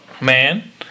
Man